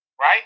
Right